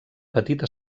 petita